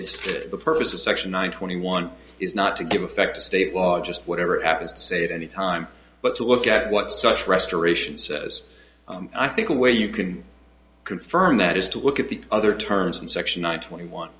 to the purpose of section nine twenty one is not to give effect to state law just whatever it happens to say at any time but to look at what such restoration says i think one way you can confirm that is to look at the other terms in section one twenty one